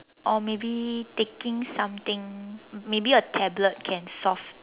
or maybe taking something maybe a tablet can solve